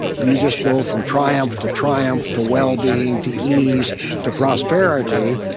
you just go from triumph to triumph to well-being to ease to prosperity,